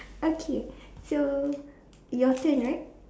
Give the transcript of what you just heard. okay so your turn right